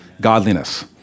godliness